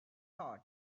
thought